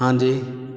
ਹਾਂਜੀ